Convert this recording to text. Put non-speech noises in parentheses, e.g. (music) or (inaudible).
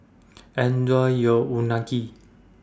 (noise) Enjoy your Unagi